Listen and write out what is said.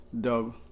Doug